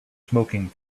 smoking